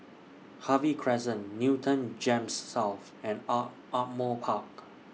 Harvey Crescent Newton Gems South and Ardmore Park